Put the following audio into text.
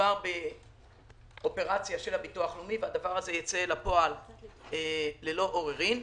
מדובר באופרציה של הביטוח הלאומי וזה ייצא לפעול ללא עוררין.